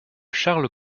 charles